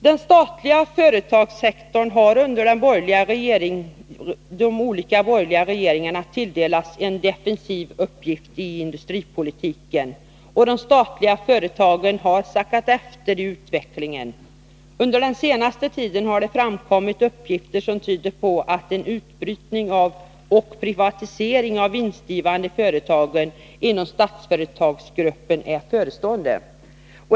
Den statliga företagssektorn har under de olika borgerliga regeringarna tilldelats en defensiv uppgift i industripolitiken, och de statliga företagen har sackat efter i utvecklingen. Under den senaste tiden har framkommit uppgifter som tyder på att en utbrytning och privatisering av de vinstgivande företagen inom Statsföretagsgruppen är förestående.